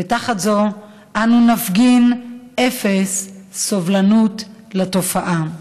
ותחת זאת אנו נפגין אפס סובלנות לתופעה.